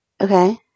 Okay